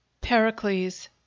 Pericles